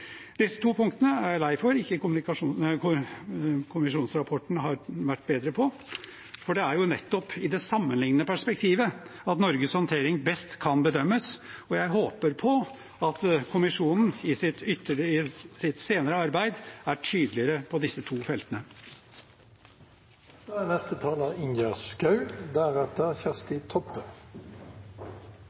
Disse to punktene er jeg lei for at kommisjonsrapporten ikke er bedre på, for det er jo nettopp i det sammenlignende perspektivet at Norges håndtering best kan bedømmes, og jeg håper at kommisjonen i sitt senere arbeid er tydeligere på disse to